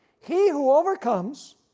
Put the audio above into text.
he who overcomes,